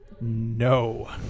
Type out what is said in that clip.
no